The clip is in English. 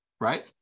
right